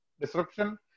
disruption